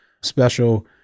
special